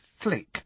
flick